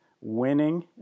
winning